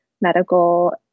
medical